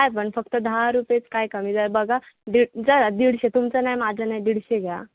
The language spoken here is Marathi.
काय पण फक्त दहा रुपयेच काय कमी जरा बघा दीडशे जरा दीडशे तुमचं नाही माझं नाही दीडशे घ्या